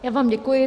Já vám děkuji.